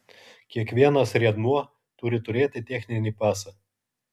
kiekvienas riedmuo turi turėti techninį pasą